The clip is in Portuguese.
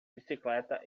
bicicleta